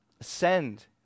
Ascend